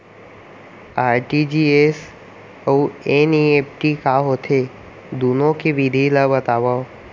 RTGS अऊ NEFT का होथे, दुनो के विधि ला बतावव